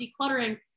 decluttering